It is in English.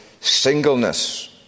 singleness